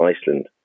iceland